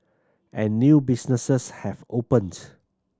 and new businesses have opened